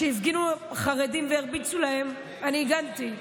כשהפגינו חרדים והרביצו להם, אני הגנתי.